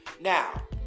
Now